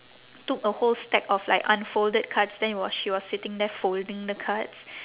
took a whole stack of like unfolded cards then it was she was sitting there folding the cards